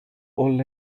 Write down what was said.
all